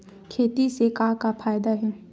खेती से का का फ़ायदा हे?